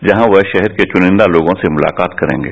जहां वह शहर के चुनिन्दा लोगों से मुलाकात करेंगे